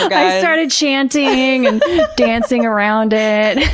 i started chanting and dancing around it.